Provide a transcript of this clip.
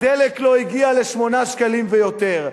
הדלק לא הגיע ל-8 שקלים ויותר.